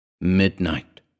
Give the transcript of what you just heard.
Midnight